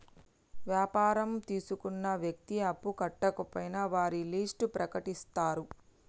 వ్యాపారం తీసుకున్న వ్యక్తి అప్పు కట్టకపోయినా వారి లిస్ట్ ప్రకటిత్తరు